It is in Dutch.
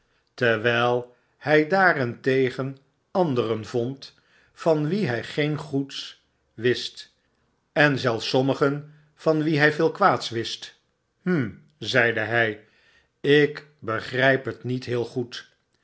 terwijl hy daarentegen anderen vond van wie hy geen goeds wist en zelfs sommigen van wie hy veel kwaads wist hum zeide hj lk begryp het niet heel goed